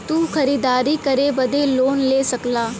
तू खरीदारी करे बदे लोन ले सकला